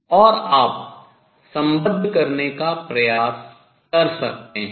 और आप सम्बद्ध करने का प्रयास कर सकते हैं